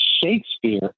Shakespeare